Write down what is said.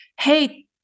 Hey